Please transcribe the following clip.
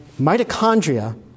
mitochondria